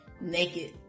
naked